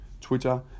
Twitter